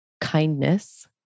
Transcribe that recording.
kindness